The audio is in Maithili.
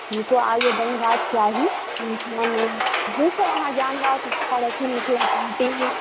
हुनको आगे बढ़ेबा के चाही जे सब अहाँ जानबा के इच्छा राखी मिथिला पेंटिंग